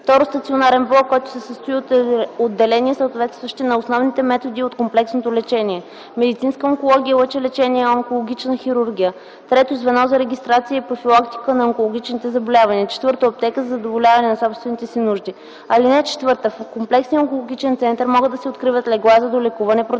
2. стационарен блок, който се състои от отделения, съответстващи на основните методи от комплексното лечение - медицинска онкология, лъчелечение, онкологична хирургия; 3. звено за регистрация и профилактика на онкологичните заболявания; 4. аптека за задоволяване на собствените си нужди. (4) В комплексния онкологичен център могат да се откриват легла за долекуване, продължително